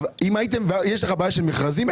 יש לך בעיה של מכרזים?